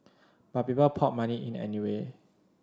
but people poured money in anyway